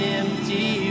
empty